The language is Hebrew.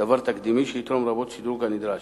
דבר תקדימי שיתרום רבות לשדרוג הנדרש.